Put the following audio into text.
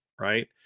right